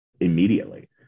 immediately